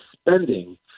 spending